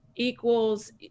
equals